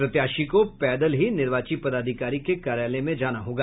प्रत्याशी को पैदल निर्वाची पदाधिकारी के कार्यालय में जाने होगा